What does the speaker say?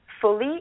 fully